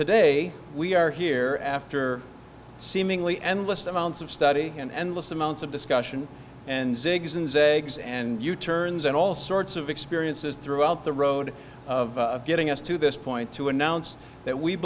today we are here after seemingly endless amounts of study and endless amounts of discussion and zigs and zags and u turns and all sorts of experiences throughout the road of getting us to this point to announce that we